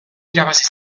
irabazi